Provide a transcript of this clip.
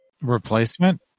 replacement